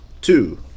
Two